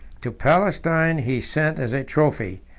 to palestine he sent, as a trophy,